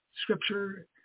scripture